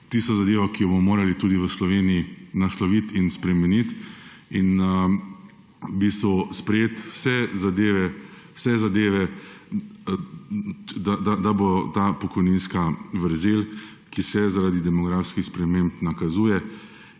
tista zadeva, ki jo bomo morali tudi v Sloveniji nasloviti in spremeniti ter v bistvu sprejeti vse zadeve, da bo ta pokojninska vrzel, ki se zaradi demografskih sprememb nakazuje